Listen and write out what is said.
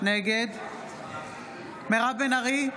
נגד מירב בן ארי,